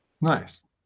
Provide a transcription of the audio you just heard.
Nice